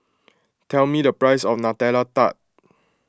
tell me the price of Nutella Tart